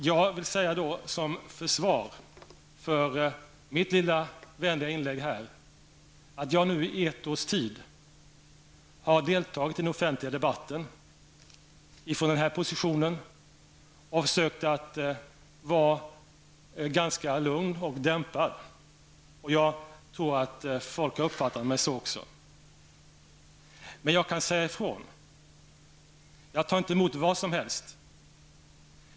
Jag vill som försvar för mitt lilla vänliga inlägg här säga att jag i ett års tid har deltagit i den offentliga debatten från denna position och försökt vara ganska lugn och dämpad. Jag tror att folk har uppfattat mig också som så. Men jag kan säga ifrån; jag tar inte emot vad som helst.